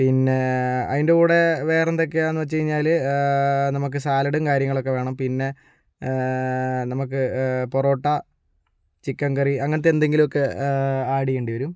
പിന്നെ അതിൻ്റെ കൂടെ വേറെ എന്തൊക്കെയാണെന്ന് വെച്ച് കഴിഞ്ഞാൽ നമുക്ക് സാലഡും കാര്യങ്ങളൊക്കെ വേണം പിന്നെ നമുക്ക് പൊറോട്ട ചിക്കൻ കറി അങ്ങനത്തെ എന്തെങ്കിലുമൊക്കെ ആഡ് ചെയ്യേണ്ടിവരും